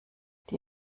die